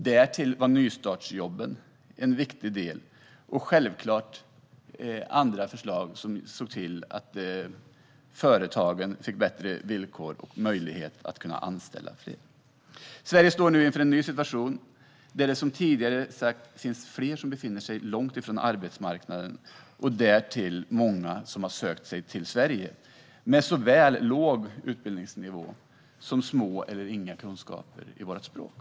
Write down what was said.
Därtill var nystartsjobben en viktig del, liksom självklart även andra förslag som såg till att företagen fick bättre villkor och möjligheter att anställa fler. Sverige står nu inför en ny situation, där det som sagt är många som befinner sig långt ifrån arbetsmarknaden. Därtill finns det många som har sökt sig till Sverige som har såväl låg utbildningsnivå som små eller inga kunskaper i vårt språk.